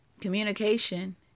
communication